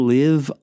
live